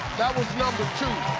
that was number two.